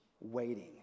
waiting